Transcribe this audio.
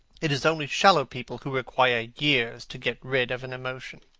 it is only shallow people who require years to get rid of an emotion.